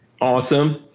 Awesome